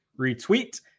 retweet